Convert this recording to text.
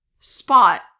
spot